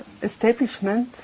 Establishment